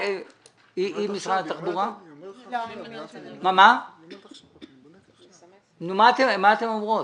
מה אתן אומרות?